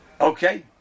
Okay